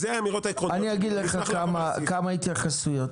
אני אגיד לך כמה התייחסויות.